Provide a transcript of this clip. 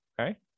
Okay